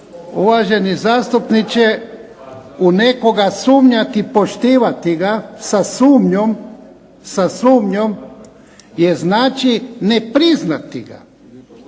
Uvaženi zastupniče, u nekoga sumnjati i poštivati ga sa sumnjom je znači nepriznati ga.